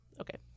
Okay